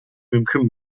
mümkün